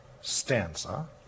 stanza